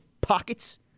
pockets